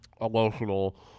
emotional